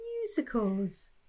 musicals